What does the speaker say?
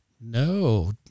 No